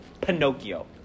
Pinocchio